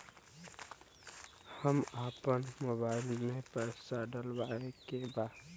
हम आपन मोबाइल में पैसा डलवावे के बा?